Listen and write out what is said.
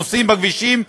נוסעים בכבישים,